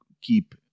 keep